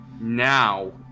now